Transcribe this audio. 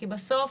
כי בסוף